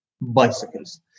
bicycles